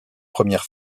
première